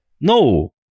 No